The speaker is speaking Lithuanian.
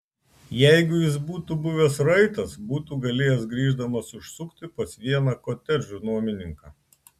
jeigu jis būtų buvęs raitas būtų galėjęs grįždamas užsukti pas vieną kotedžų nuomininką